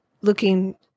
looking